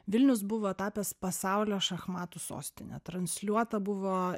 vilnius buvo tapęs pasaulio šachmatų sostine transliuota buvo